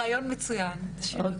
רעיון מצוין, תשאירי אותי.